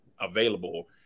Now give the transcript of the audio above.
available